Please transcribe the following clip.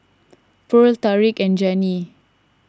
Purl Tariq and Janie